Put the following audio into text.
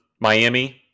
Miami